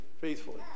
faithfully